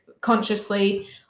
consciously